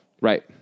Right